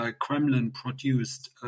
Kremlin-produced